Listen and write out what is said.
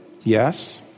Yes